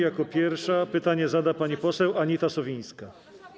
Jako pierwsza pytanie zada pani poseł Anita Sowińska.